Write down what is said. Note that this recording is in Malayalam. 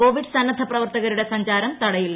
കോവിഡ് സന്നദ്ധ പ്രവർത്തകരുടെ സഞ്ചാരം തടയില്ല